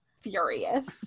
furious